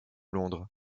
londres